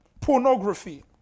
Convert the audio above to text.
Pornography